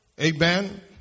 amen